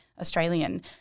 Australian